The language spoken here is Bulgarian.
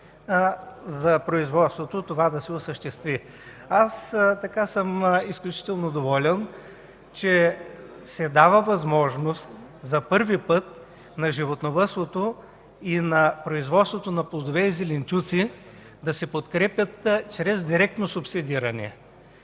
за производството това да се осъществи. Изключително съм доволен, че се дава възможност за първи път на животновъдството и на производството на плодове и зеленчуци да се подкрепят чрез директно субсидиране.